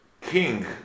king